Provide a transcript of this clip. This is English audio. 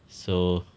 so